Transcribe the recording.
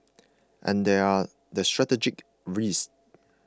and there are the strategic risks